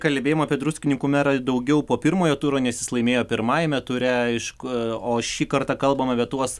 kalbėjom apie druskininkų merą daugiau po pirmojo turo nes jis laimėjo pirmajame ture aišku o šį kartą kalbam apie tuos